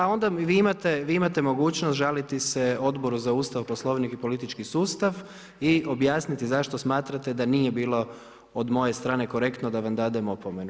Ha, onda vi imate mogućnost žaliti se Odboru za Ustav, Poslovnik i politički sustav i objasniti zašto smatrate da nije bilo od moje strane korektno da vam dadem opomenu.